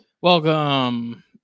Welcome